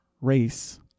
race